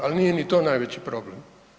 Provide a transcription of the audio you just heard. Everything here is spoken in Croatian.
Ali nije ni to najveći problem.